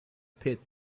pit